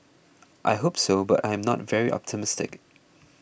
I hope so but I am not very optimistic